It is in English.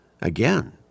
Again